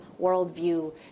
worldview